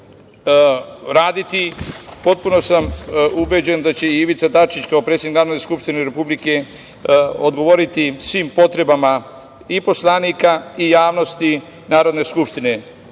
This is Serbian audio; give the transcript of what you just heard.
raditi. Potpuno sam ubeđen da će Ivica Dačić kao predsednik Narodne skupštine Republike Srbije odgovoriti svim potrebama i poslanika i javnosti Narodne skupštine. Ubeđen